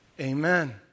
Amen